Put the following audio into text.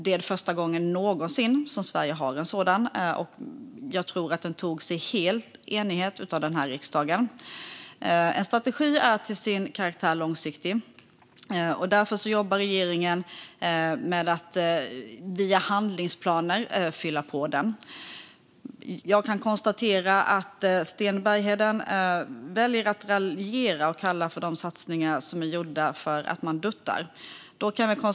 Det är första gången någonsin som Sverige har en sådan, och jag tror att den antogs i full enighet av riksdagen. En strategi är till sin karaktär långsiktig. Därför jobbar regeringen med att via handlingsplaner fylla på den. Sten Bergheden väljer att raljera och kalla de satsningar som gjorts för att dutta.